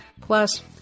Plus